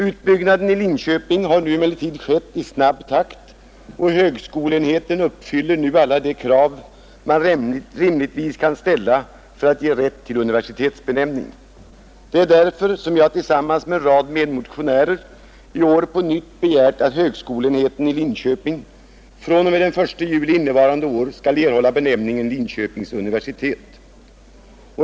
Utbyggnaden i Linköping har emellertid skett i snabb takt, och högskolenheten uppfyller nu alla de krav man rimligtvis kan ställa för att ge rätt till universitetsbenämning. Det är därför som jag tillsammans med en rad medmotionärer i år på nytt begärt att högskolenheten i Linköping fr.o.m. den 1 juli innevarande år skall erhålla benämningen Linköpings universitet.